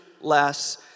less